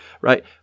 right